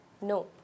No